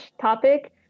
topic